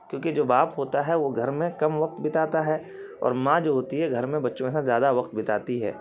کیونکہ جو باپ ہوتا ہے وہ گھر میں کم وقت بتاتا ہے اور ماں جو ہوتی ہے گھر میں بچوں کے ساتھ زیادہ وقت بتاتی ہے